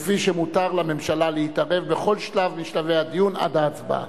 כפי שמותר לממשלה להתערב בכל שלב משלבי הדיון עד ההצבעה.